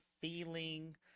feeling